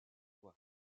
voie